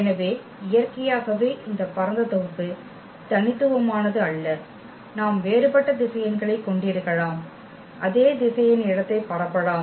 எனவே இயற்கையாகவே இந்த பரந்த தொகுப்பு தனித்துவமானது அல்ல நாம் வேறுபட்ட திசையன்களைக் கொண்டிருக்கலாம் அதே திசையன் இடத்தை பரப்பலாம்